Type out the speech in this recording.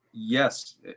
Yes